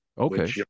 Okay